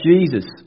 Jesus